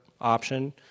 option